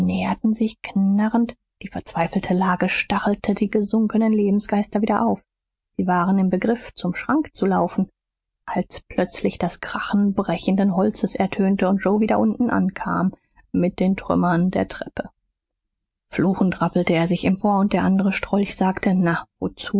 näherten sich knarrend die verzweifelte lage stachelte die gesunkenen lebensgeister wieder auf sie waren im begriff zum schrank zu laufen als plötzlich das krachen brechenden holzes ertönte und joe wieder unten ankam mit den trümmern der treppe fluchend rappelte er sich empor und der andere strolch sagte na